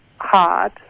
hard